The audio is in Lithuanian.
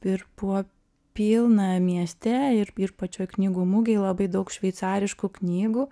ir buvo pilna mieste ir pačioj knygų mugėj labai daug šveicariškų knygų